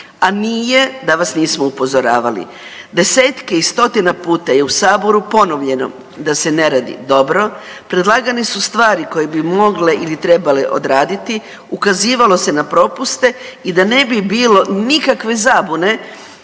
A nije da vas nismo upozoravali. Desetke i stotine puta je u saboru ponovljeno da se ne radi dobro, predlagane su stvari koje bi mogle ili trebale odraditi, ukazivalo se na propuste i da ne bi bilo nikakve zabune